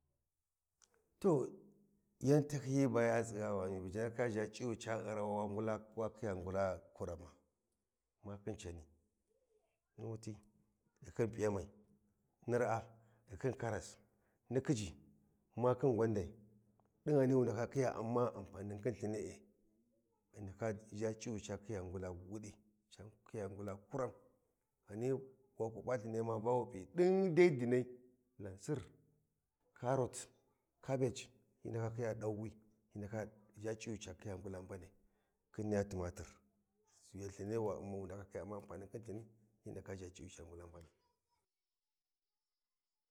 To yan tahyiyi ba ya tsigha va mi bi ʒha C’iyu ca ghara wi wa ngula kuran ma ma khin cani, ni wuti ghi khin piyamai ni raa ghi khin karas ni khijji ma khin gwandai ɗi ghani wu ndaka khiya umma amfanin khin lthini e wu ndaka ʒha C’iyu cani ya Dula wuɗi ca khiya ngula kuran ghann waku pa lthini ma ba wu pu ɗin dai dinai Lausir karot kabeg hyi ndaka khiya ɗau wi hyi ndaka ʒha C’iyu ɗan wi hyi ndaka ʒha C’iyu cani ya naha mbanai khin niyya timatir lthini wa Ummi wu naka ga khiya umma anpanin khin lthini hyi ndaka ʒha C’iyu caniya ngula mbanai.